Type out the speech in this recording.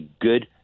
good